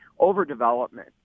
overdevelopment